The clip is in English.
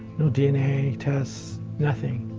no dna tests, nothing.